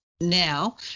now